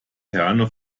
herne